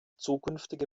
zukünftige